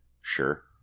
sure